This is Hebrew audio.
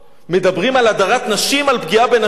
מדברים על הדרת נשים, על פגיעה בנשים?